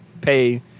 pay